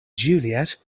juliet